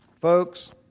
Folks